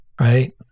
Right